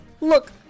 Look